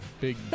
big